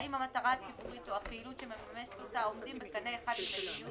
האם המטרה הציבורית או הפעילות שמממשת אותה עומדים בקנה אחד עם מדיניות